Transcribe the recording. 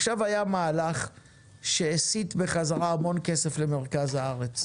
עכשיו היה מהלך שהסיט חזרה המון כסף למרכז הארץ.